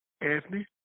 Anthony